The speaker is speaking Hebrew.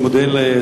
אני מודה לשר,